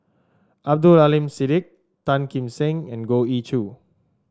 Abdul Aleem Siddique Tan Kim Seng and Goh Ee Choo